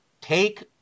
Take